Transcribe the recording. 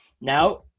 Now